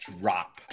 drop